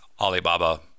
Alibaba